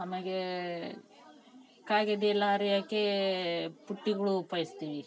ಆಮೇಲೆ ಕಾಯಿ ಗೆಡ್ಡೆಯಲ್ಲ ಹರಿಯೋಕೇ ಪುಟ್ಟಿಗಳು ಉಪಯೋಗಿಸ್ತೀವಿ